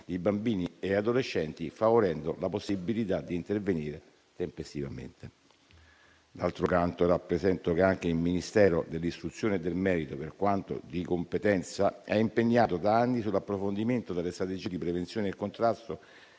di bambini e adolescenti, favorendo la possibilità di intervenire tempestivamente. D'altro canto, rappresento che anche il Ministero dell'istruzione e del merito, per quanto di competenza, è impegnato da anni nell'approfondimento delle strategie di prevenzione e contrasto